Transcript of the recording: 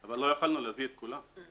אבל לא יכולנו להביא את כולם,